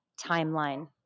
timeline